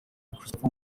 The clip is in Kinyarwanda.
christopher